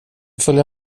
följa